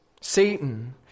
Satan